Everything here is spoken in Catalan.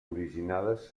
originades